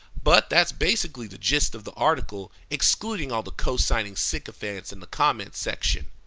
but that's basically the gist of the article, excluding all the cosigning sycophants in the comments section.